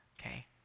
okay